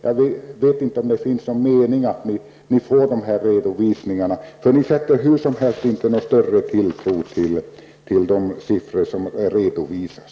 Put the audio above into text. Jag vet inte om det finns någon mening i att ge er dessa redovisningar. Ni sätter hur som helst inte någon större tilltro till de siffror som redovisas.